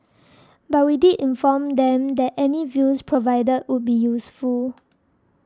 but we did inform them that any views provided would be useful